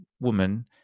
woman